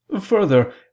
Further